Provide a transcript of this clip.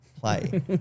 play